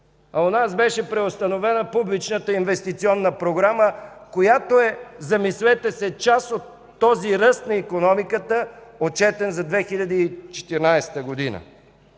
А у нас беше преустановена публичната инвестиционна програма, която е – замислете се, част от този ръст на икономиката, отчетен за 2014 г.